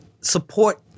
support